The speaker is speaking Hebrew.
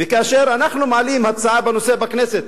וכאשר אנחנו מעלים הצעה בנושא בכנסת,